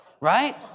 right